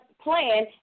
plan